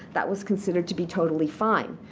that was considered to be totally fine.